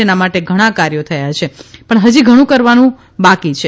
જેના માટે ઘણા કાર્યો થયા છે પણ ફજી ઘણું કાર્ય કરવાનું બાકી છે